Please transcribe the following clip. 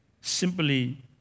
simply